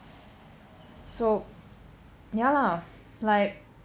so ya lah like